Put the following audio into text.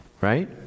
right